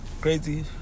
crazy